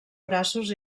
braços